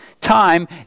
time